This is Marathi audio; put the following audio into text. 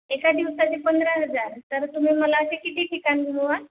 एका दिवसाचे पंधरा हजार तर तुम्ही मला ते किती ठिकाणी